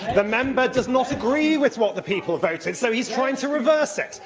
the member does not agree with what the people voted, so he's trying to reverse it,